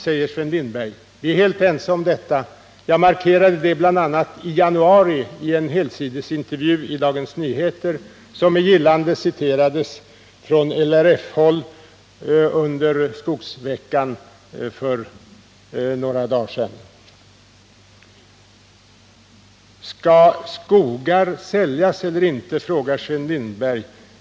säger Sven Lindberg Vi är helt ense om detta; jag markerade det bl.a. i januari i en helsidesintervju i Dagens Nyheter, som med gillande citerades från LRF-håll under skogsveckan för några dagar sedan. Skall skogar säljas eller inte? frågar Sven Lindberg.